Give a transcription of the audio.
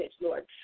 Lord